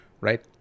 right